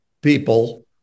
people